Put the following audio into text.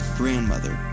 grandmother